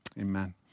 Amen